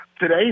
Today